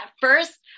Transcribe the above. first